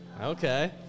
Okay